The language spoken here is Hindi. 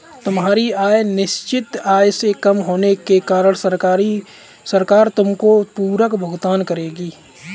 तुम्हारी आय निश्चित आय से कम होने के कारण सरकार तुमको पूरक भुगतान करेगी